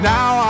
Now